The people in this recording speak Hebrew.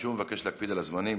אני שוב מבקש להקפיד על הזמנים.